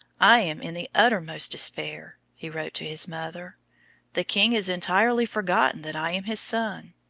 i am in the uttermost despair, he wrote to his mother the king has entirely forgotten that i am his son.